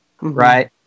right